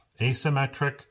asymmetric